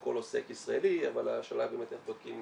כל עוסק ישראלי אבל השאלה באמת איך בודקים